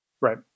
Right